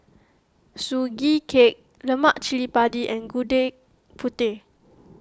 Sugee Cake Lemak Cili Padi and Gudeg Putih